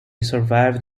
survived